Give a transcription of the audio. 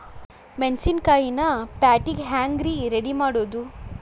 ಮೆಣಸಿನಕಾಯಿನ ಪ್ಯಾಟಿಗೆ ಹ್ಯಾಂಗ್ ರೇ ರೆಡಿಮಾಡೋದು?